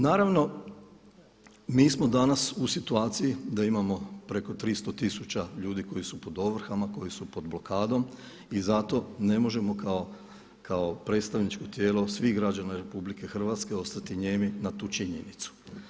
Naravno mi smo danas u situaciji da imamo preko 300 tisuća ljudi koji su pod ovrhama, koji su pod blokadom i zato ne možemo kao predstavničko tijelo svih građana RH ostati nijemi na tu činjenicu.